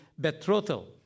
betrothal